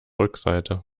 rückseite